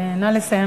נא לסיים.